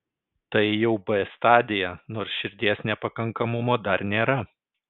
tai jau b stadija nors širdies nepakankamumo dar nėra